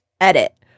Edit